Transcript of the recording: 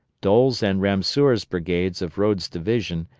doles' and ramseur's brigades of rodes' division,